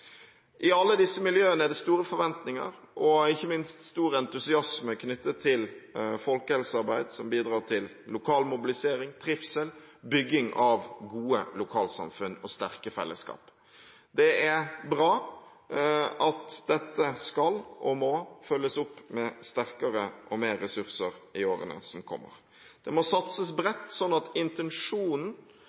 I alle disse miljøene er det store forventninger og ikke minst stor entusiasme knyttet til folkehelsearbeid som bidrar til lokal mobilisering, trivsel, bygging av gode lokalsamfunn og sterke fellesskap. Det er bra at dette skal og må følges opp bedre og med mer ressurser i årene som kommer. Det må satses bredt, sånn at intensjonen